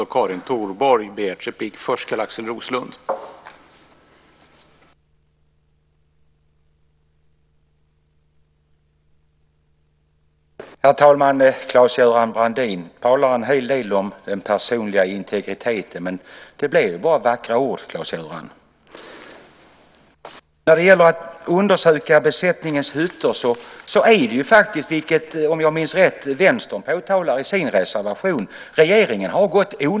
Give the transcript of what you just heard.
Herr talman! Claes-Göran Brandin talar en hel del om den personliga integriteten. Men det blir bara vackra ord, Claes-Göran. När det gäller att undersöka besättningens hytter har regeringen faktiskt gått onödigt långt, vilket, om jag minns rätt, Vänstern påtalar i sin reservation.